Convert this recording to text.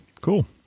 cool